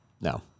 No